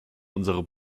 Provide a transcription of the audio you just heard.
unsere